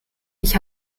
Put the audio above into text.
ich